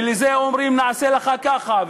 ולזה אומרים: נעשה לך ככה,